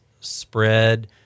spread